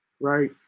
right